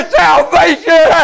salvation